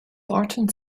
barton